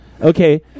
Okay